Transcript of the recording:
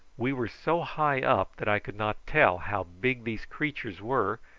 we were so high up that i could not tell how big these creatures were,